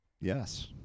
yes